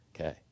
Okay